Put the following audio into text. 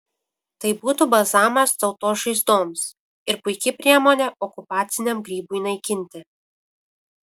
tai būtų balzamas tautos žaizdoms ir puiki priemonė okupaciniam grybui naikinti